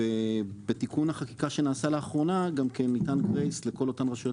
ובתיקון החקיקה שנעשה לאחרונה גם ניתן "גרייס" לכל אותן רשויות